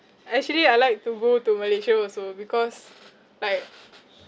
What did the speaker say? actually I like to go to malaysia also because like